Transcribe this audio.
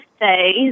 say